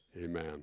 Amen